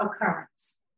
occurrence